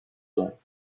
well